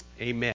Amen